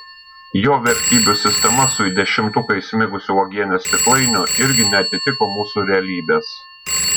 jo vertybių sistema su į dešimtuką įsmigusiu uogienės stiklainiu irgi neatitiko mūsų realybės